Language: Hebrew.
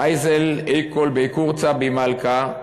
איזיל איכול כהו קורצא בי מלכא.